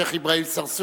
שיח' אברהים צרצור,